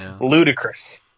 Ludicrous